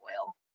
oil